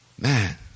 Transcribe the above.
Man